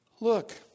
look